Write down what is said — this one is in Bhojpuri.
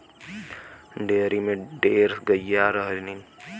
डेयरी में ढेर गइया रहलीन